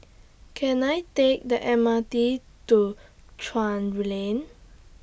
Can I Take The M R T to Chuan Ray Lane